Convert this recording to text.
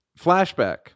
Flashback